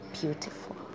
beautiful